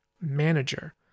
manager